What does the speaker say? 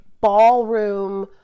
ballroom